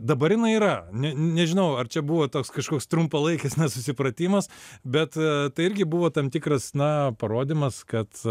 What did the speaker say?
dabar jinai yra ne nežinau ar čia buvo toks kažkoks trumpalaikis nesusipratimas bet tai irgi buvo tam tikras na parodymas kad